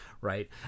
right